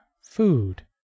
food